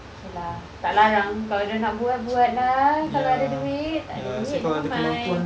okay lah tak larang kalau dia nak buat buat lah kalau ada duit tak ada duit nevermind